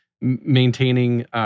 maintaining –